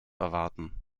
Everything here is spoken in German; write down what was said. erwarten